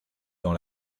dans